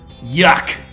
Yuck